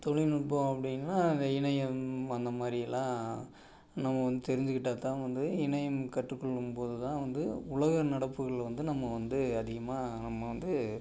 தொழில்நுட்பம் அப்படின்னா இந்த இணையம் அந்த மாதிரிலாம் நம்ம வந்து தெரிஞ்சிக்கிட்டால் தான் வந்து இணையம் கற்றுக்கொள்ளும்போது தான் வந்து உலக நடப்புகள் வந்து நம்ம வந்து அதிகமாக நம்ம வந்து